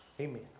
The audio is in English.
Amen